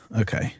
Okay